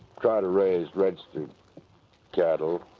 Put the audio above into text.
try to raise registered cattle,